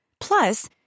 Plus